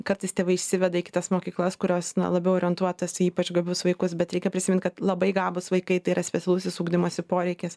kartais tėvai išsiveda į kitas mokyklas kurios labiau orientuotas į ypač gabius vaikus bet reikia prisimint kad labai gabūs vaikai tai yra specialusis ugdymosi poreikis